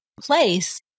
place